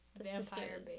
vampire